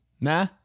Nah